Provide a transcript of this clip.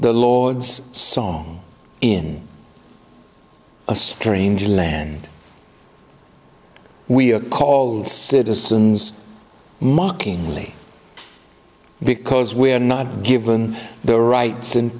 the lord's song in a strange land we are called citizens mockingly because we are not given the rights and